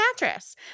mattress